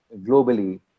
globally